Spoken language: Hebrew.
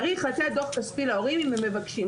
צריך לתת דוח כספי להורים אם הם מבקשים.